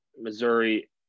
Missouri